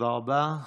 תודה רבה.